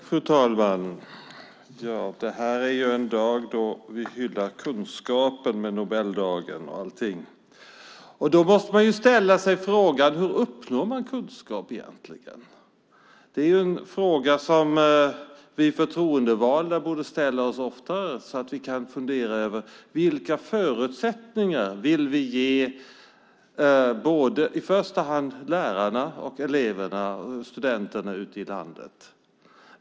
Fru talman! I dag på Nobeldagen hyllar vi kunskapen. Då måste man ställa sig frågan hur man uppnår kunskap. Det är en fråga som vi förtroendevalda borde ställa oss oftare så att vi kan fundera över vilka förutsättningar vi vill ge lärare och elever ute i landet.